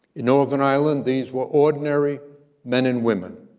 in northern ireland, these were ordinary men and women,